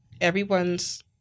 everyone's